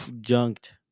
junked